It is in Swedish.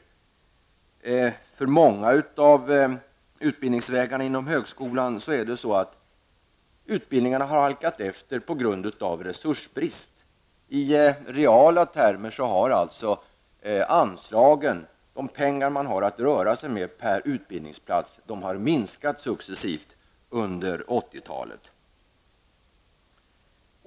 Utbildningen på många av utbildningsvägarna inom högskolan har halkat efter på grund av resursbrist. I reala termer har anslagen, de pengar man har att röra sig med per utbildningsplats, minskat successivt under 80-talet.